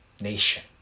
nation